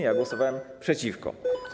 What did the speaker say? Ja głosowałem przeciwko.